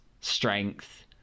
strength